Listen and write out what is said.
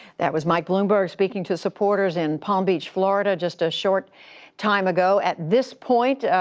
that was mike bloomberg speaking to supporters in palm beach, florida, just a short time ago. at this point,